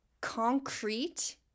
concrete